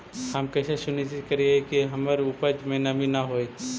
हम कैसे सुनिश्चित करिअई कि हमर उपज में नमी न होय?